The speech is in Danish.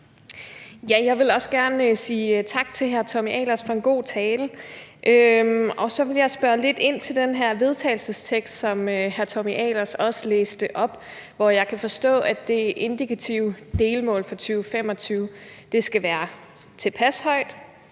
Jeg vil også gerne sige tak til hr. Tommy Ahlers for en god tale. Og så vil jeg spørge lidt ind til det her forslag til vedtagelse, som hr. Tommy Ahlers læste op. Jeg kan forstå, at det indikative delmål for 2025 skal være tilpas højt,